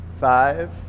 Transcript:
five